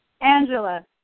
Angela